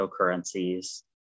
cryptocurrencies